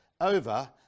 over